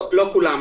לא כולם.